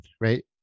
right